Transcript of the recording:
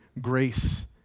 grace